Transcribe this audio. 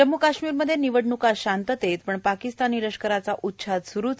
जम्म् काष्मीरमध्ये निवडणूका शांततेत पण पाकिस्तानी लष्कराचा उच्छाद सुरूच